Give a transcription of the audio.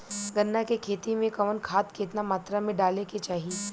गन्ना के खेती में कवन खाद केतना मात्रा में डाले के चाही?